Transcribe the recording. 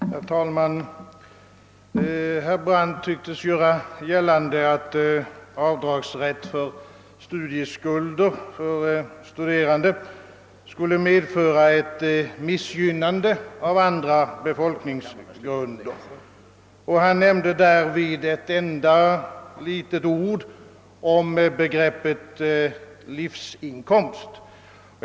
Herr talman! Herr Brandt tycktes vilja göra gällande, att avdragsrätt för studieskulder för studerande skulle innebära ett missgynnande av andra befolkningsgrupper. Han nämnde därvid ett enda litet ord om begreppet livsinkomst.